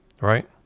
right